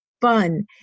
fun